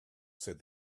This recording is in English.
said